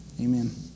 Amen